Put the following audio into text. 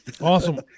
Awesome